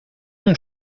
mon